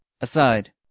Aside